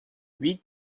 huit